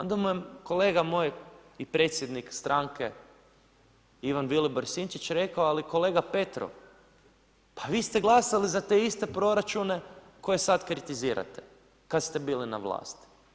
Onda mu je kolega moj i predsjednik stranke Ivan Vilibor Sinčić rekao ali kolega Petrov pa vi ste glasali za te iste proračune koje sada kritizirate kada ste bili na vlasti.